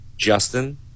justin